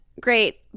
great